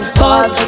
pause